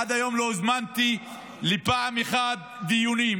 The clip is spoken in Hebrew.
ועד היום לא הוזמנתי פעם אחת לדיונים.